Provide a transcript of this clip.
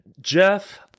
Jeff